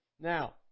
Now